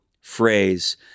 phrase